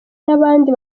n’abandi